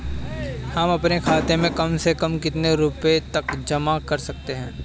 हम अपने खाते में कम से कम कितने रुपये तक जमा कर सकते हैं?